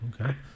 Okay